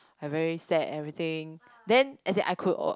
I very sad and everything then as in I could